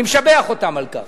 אני משבח אותם על כך.